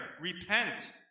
Repent